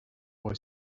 boy